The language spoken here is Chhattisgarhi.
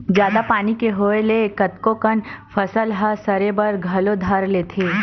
जादा पानी के होय ले कतको कन फसल ह सरे बर घलो धर लेथे